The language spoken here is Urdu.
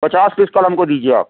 پچاس پیس کل ہم کو دیجیے آپ